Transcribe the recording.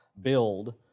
build